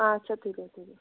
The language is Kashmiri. آچھا تُلِو تُلِو